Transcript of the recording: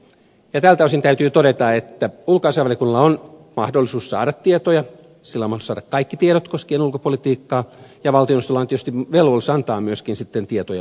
tältä osin täytyy todeta että ulkoasiainvaliokunnalla on mahdollisuus saada tietoja sillä on mahdollisuus saada kaikki tiedot koskien ulkopolitiikkaa ja valtioneuvostolla on tietysti sitten myöskin velvollisuus antaa tietoja ulkoasiainvaliokunnalle